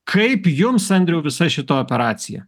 kaip jums andriau visa šita operacija